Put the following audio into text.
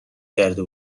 کرده